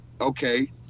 okay